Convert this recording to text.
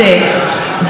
באקט הזה,